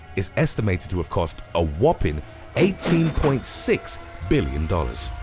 it's estimated to have cost a whopping eighteen point six billion dollars!